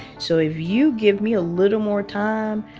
so if you give me a little more time,